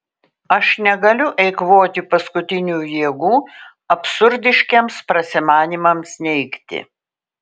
aš negaliu eikvoti paskutinių jėgų absurdiškiems prasimanymams neigti